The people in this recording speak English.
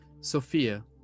Sophia